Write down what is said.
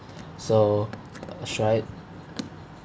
so should I